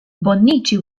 bonnici